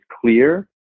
clear